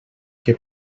que